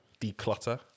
declutter